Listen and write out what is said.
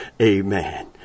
Amen